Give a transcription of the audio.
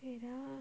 wait ah